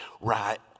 right